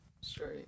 straight